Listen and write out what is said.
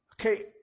Okay